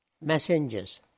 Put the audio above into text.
messengers